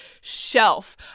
shelf